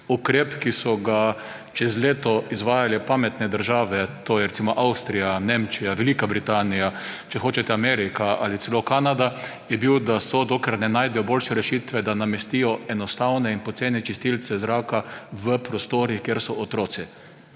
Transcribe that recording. Ukrep, ki so ga čez leto izvajale pametne države, recimo Nemčija, Avstrija, Velika Britanija, če hočete Amerika ali celo Kanada, je bil, da dokler ne najdejo boljše rešitve, namestijo enostavne in poceni čistilce zraka v prostorih, kjer so otroci.